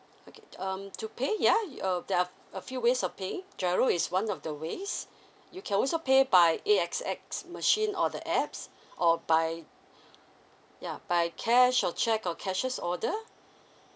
okay um to pay yeah um there are a few ways of pay giro is one of the ways you can also pay by A_X_S machine or the apps or by yeah by cash or cheque or cashier's order